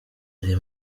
ari